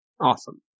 Awesome